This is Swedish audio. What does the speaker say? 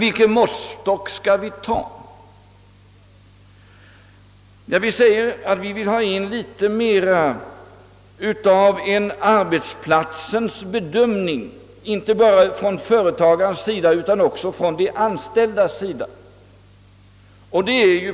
Vi säger att vi vill ha in litet mer av bedömningen på arbetsplatsen, alltså inte bara av företagens utan även av de anställdas bedömning.